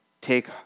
take